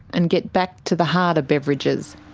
and get back to the harder beverages.